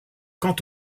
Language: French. quant